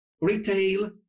retail